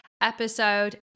episode